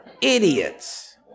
idiots